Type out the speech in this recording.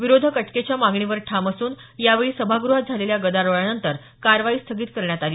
विरोधक अटकेच्या मागणीवर ठाम असून यावेळी सभागृहात झालेल्या गदारोळानंतर कामकाज स्थगित करण्यात आलं